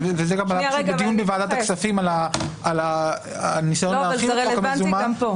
בדיון בוועדת הכספים על הניסיון להרחיב את חוק המזומן,